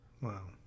Wow